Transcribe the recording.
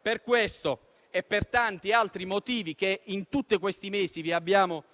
Per questo e per tanti altri motivi, che in tutti questi mesi abbiamo